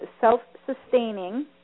self-sustaining